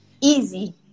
Easy